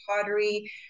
pottery